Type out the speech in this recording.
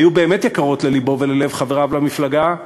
היה באמת יקר ללבו וללב חבריו למפלגה,